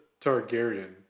Targaryen